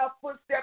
footsteps